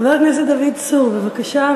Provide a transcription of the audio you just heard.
חבר הכנסת דוד צור, בבקשה.